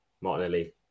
Martinelli